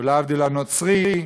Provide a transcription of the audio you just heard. ולהבדיל, הנוצרי,